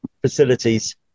facilities